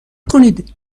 کنید